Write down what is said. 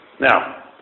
Now